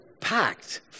packed